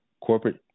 Corporate